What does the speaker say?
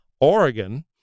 Oregon